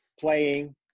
playing